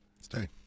Stay